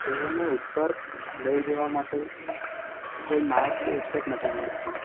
તેઓને ઉપર લઈ જવા માટે કોઈ માર્ગદર્શક નથી મળતું